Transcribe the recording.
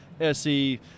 SE